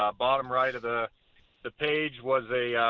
um bottom right of the the page was a, ah,